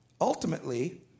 ultimately